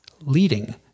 leading